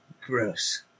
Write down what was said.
Gross